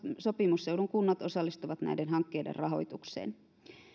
sopimusseudun kunnat osallistuvat näiden hankkeiden rahoitukseen